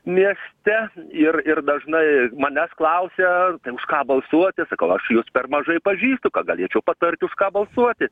mieste ir ir dažnai manęs klausia tai už ką balsuoti sakau aš jus per mažai pažįstu ką galėčiau patarti už ką balsuoti